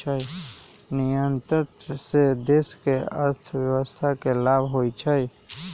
निर्यात से देश के अर्थव्यवस्था के लाभ होइ छइ